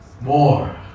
more